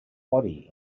body